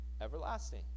everlasting